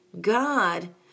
god